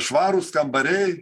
švarūs kambariai